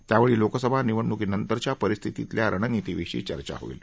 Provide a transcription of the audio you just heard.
त्यावेळी लोकसभा निवडणुकीनंतरच्या परिस्थितीतल्या रणनीतीविषयी चर्चा होईल्